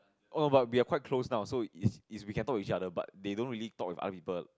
oh but we are quite close now so is is we can talk to each other but they don't really talk with other people